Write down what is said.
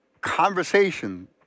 conversation